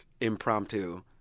impromptu